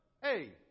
Hey